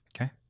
Okay